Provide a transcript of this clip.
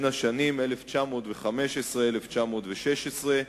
בשנים 1915 1916,